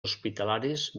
hospitalaris